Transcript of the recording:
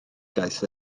gais